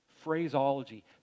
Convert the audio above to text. phraseology